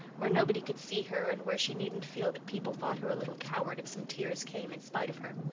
where nobody could see her and where she needn't feel that people thought her a little coward if some tears came in spite of her.